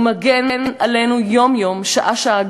הוא מגן עלינו יום-יום, שעה-שעה.